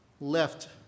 left